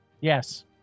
Yes